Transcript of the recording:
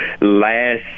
last –